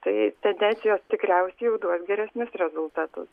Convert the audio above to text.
tai tendensijos tikriausiai jau duos geresnius rezultatus